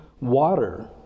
water